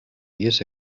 years